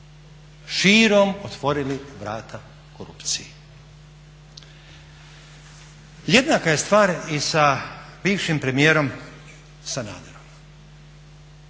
širom otvorili vrata korupciji. Jednaka je stvar i sa bivšim premijerom Sanaderom.